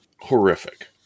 horrific